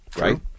Right